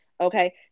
okay